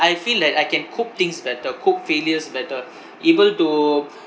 I feel that I can cope things better cope failures better able to